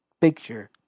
picture